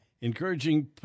encouraging